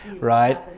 right